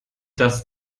das